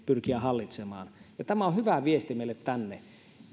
pyrkiä hallitsemaan tämä on hyvä viesti meille tänne